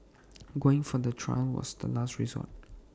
going for the trial was the last resort